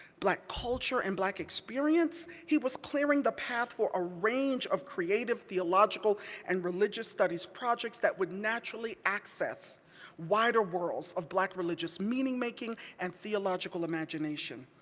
black culture and black experience, he was clearing the path for a range of creative theological and religious studies projects that would naturally access wider worlds of black religious meaning making and theological imagination.